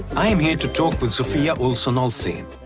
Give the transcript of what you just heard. i am here to talk with sofia olsson olsen,